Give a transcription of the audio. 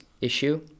issue